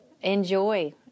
enjoy